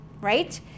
right